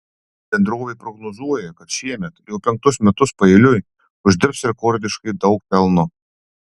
bendrovė prognozuoja kad šiemet jau penktus metus paeiliui uždirbs rekordiškai daug pelno